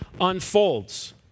unfolds